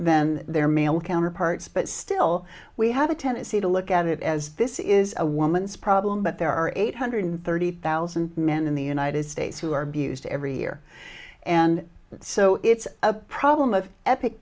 than their male counterparts but still we have a tendency to look at it as this is a woman's problem but there are eight hundred thirty thousand men in the united states who are abused every year and so it's a problem of epic